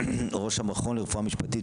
ראש המכון לרפואה משפטית,